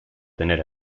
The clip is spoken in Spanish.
tener